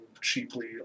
cheaply